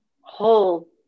whole